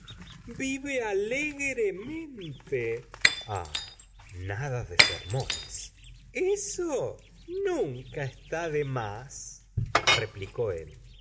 alegremente ah nada de sermones eso nunca está de más replicó él